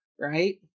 right